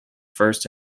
first